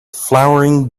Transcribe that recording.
flowering